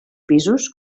pisos